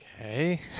Okay